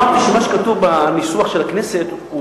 אמרתי שמה שכתוב בניסוח של הכנסת,